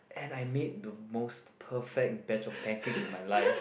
and I made the most perfect batch of pancakes in my life